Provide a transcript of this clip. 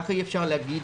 כך אי אפשר להגיד